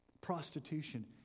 prostitution